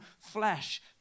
flesh